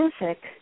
music